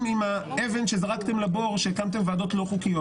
עם האבן שזרקתם לבור שהקמתם ועדות לא חוקיות?